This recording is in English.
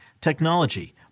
technology